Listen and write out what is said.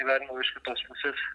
gyvenimo iš kitos pusės